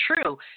true